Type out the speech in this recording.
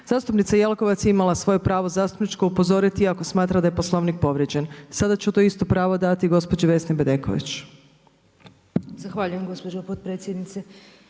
Zastupnica Jelkovac je imala svoje pravo zastupničko upozoriti i ako smatra da je Poslovnik povrijeđen. Sada ću to isto pravo dati gospođi Vesni Bedeković. **Bedeković, Vesna (HDZ)** Zahvaljujem gospođo potpredsjednice.